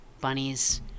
bunnies